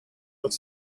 tot